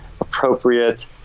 appropriate